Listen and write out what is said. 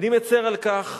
אני מצר על כך.